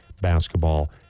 basketball